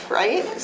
right